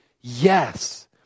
yes